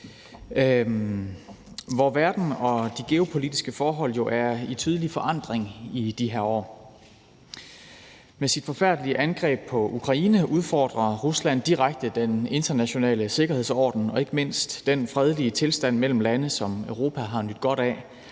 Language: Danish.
hvor verden og de geopolitiske forhold jo er under tydelig forandring i de her år. Med sit forfærdelige angreb på Ukraine udfordrer Rusland direkte den internationale sikkerhedsorden og ikke mindst den fredelige tilstand mellem lande, som Europa har nydt godt af